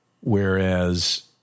Whereas